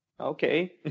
Okay